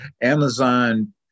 Amazon